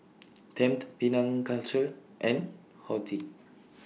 Tempt Penang Culture and Horti